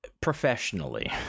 professionally